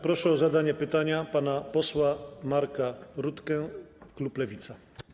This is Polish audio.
Proszę o zadanie pytania pana posła Marka Rutkę, klub Lewica.